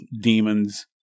demons